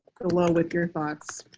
but alone with your thoughts.